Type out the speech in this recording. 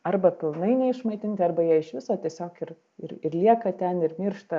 arba pilnai neišmaitinti arba jie iš viso tiesiog ir ir ir lieka ten ir miršta